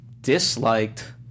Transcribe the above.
disliked